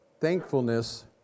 Thankfulness